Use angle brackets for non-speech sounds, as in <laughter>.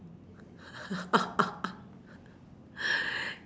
<laughs>